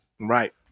Right